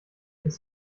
ist